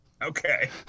Okay